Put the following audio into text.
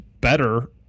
better